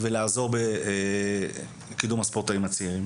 ולעזור בקידום הספורטאים הצעירים.